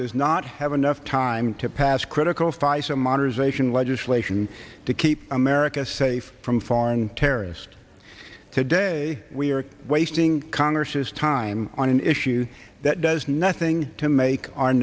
does not have enough time to pass critical faisel modernization legislation to keep america safe from foreign terrorist today we are wasting congress time on an issue that does nothing to make our